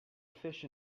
fish